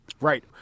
Right